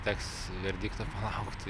teks verdikto palaukti